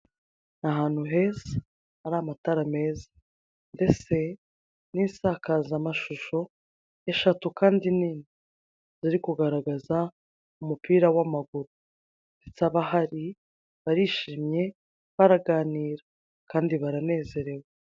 Ahantu heza hari amatara meza, ndetse n'isakazamashusho eshatu kandi nini, ziri kugaragaza umupira w'amaguru ndetse abahari barishimye, baraganira kandi baranezerewe.